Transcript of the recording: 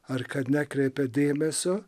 ar kad nekreipia dėmesio